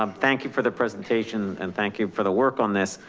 um thank you for the presentation and thank you for the work on this.